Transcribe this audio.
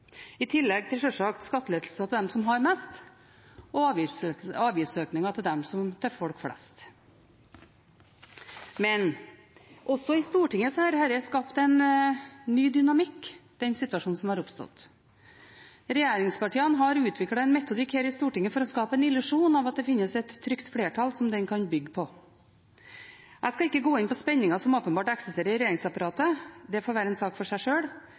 i tillegg til skattelettelser til dem som har mest, og avgiftsøkninger til folk flest. Men også i Stortinget har den situasjonen som har oppstått, skapt en ny dynamikk. Regjeringspartiene har utviklet en metodikk her i Stortinget for å skape en illusjon av at det finnes et trygt flertall som de kan bygge på. Jeg skal ikke gå inn på spenninger som åpenbart eksisterer i regjeringsapparatet, det får være en sak for seg sjøl.